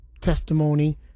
testimony